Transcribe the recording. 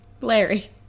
Larry